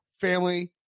family